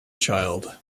child